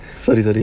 sorry sorry